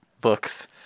books